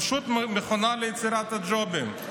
פשוט מכונה ליצירת ג'ובים.